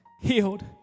healed